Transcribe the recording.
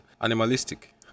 animalistic